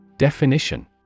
Definition